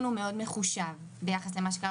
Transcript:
הוא אומר: אני אוריד אותה ממני אם אני אמצא לה חתן.